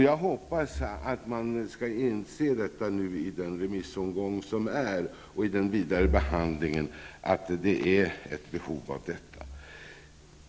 Jag hoppas att man vid remissomgången och den vidare behandlingen inser att det föreligger ett behov på det här området.